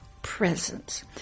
presence